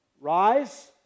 Rise